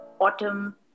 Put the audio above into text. autumn